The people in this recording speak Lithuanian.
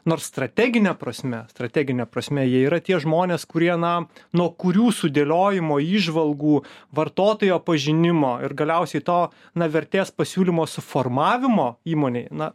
nors strategine prasme strategine prasme jie yra tie žmonės kurie na nuo kurių sudėliojimo įžvalgų vartotojo pažinimo ir galiausiai to na vertės pasiūlymo suformavimo įmonėj na